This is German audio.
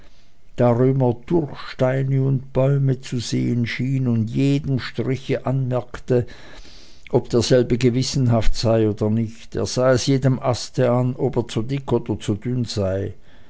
durch steine und bäume zu sehen schien und jedem striche anmerkte ob derselbe gewissenhaft sei oder nicht er sah es jedem aste an ob er zu dick oder zu dünn sei